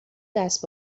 دست